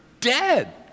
dead